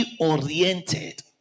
oriented